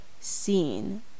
seen